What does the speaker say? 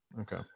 Okay